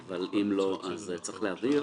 אבל אם לא אז צריך להבהיר.